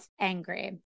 angry